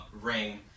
Ring